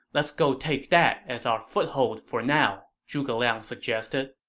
let's go take that as our foothold for now, zhuge liang suggested